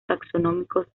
taxonómicos